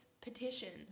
petition